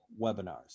webinars